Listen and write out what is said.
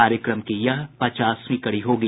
कार्यक्रम की यह पचासवीं कड़ी होगी